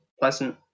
pleasant